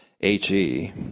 H-E